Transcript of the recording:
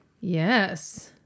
Yes